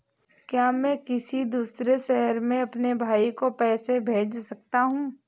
क्या मैं किसी दूसरे शहर में अपने भाई को पैसे भेज सकता हूँ?